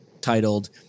titled –